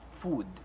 food